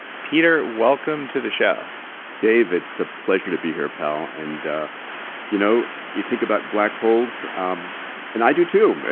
peter, welcome to the show dave, it's a pleasure to be here pal, and ah you know you think about black holes um and i do, too.